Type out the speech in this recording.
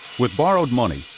with borrowed money,